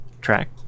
track